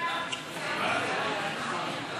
סעיפים 1